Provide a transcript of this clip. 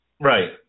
Right